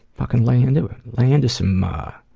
fucking lay into it. lay into some ah.